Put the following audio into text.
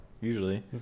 Usually